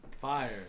Fire